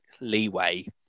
leeway